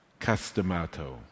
Castamato